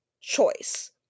choice